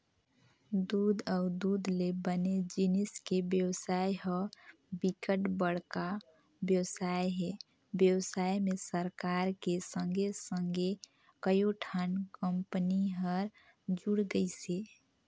दूद अउ दूद ले बने जिनिस के बेवसाय ह बिकट बड़का बेवसाय हे, बेवसाय में सरकार के संघे संघे कयोठन कंपनी हर जुड़ गइसे